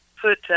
put